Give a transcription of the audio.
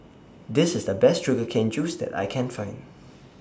This IS The Best Sugar Cane Juice that I Can Find